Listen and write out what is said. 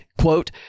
quote